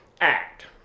act